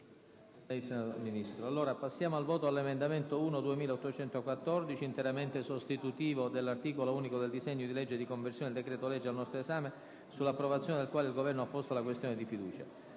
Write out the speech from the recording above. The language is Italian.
presentato dal Governo, interamente sostitutivo dell'articolo unico del disegno di legge di conversione del decreto-legge n. 98 del 2011, sull'approvazione del quale il Governo ha posto la questione di fiducia.